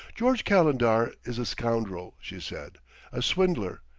george calendar is a scoundrel, she said a swindler,